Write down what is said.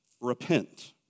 repent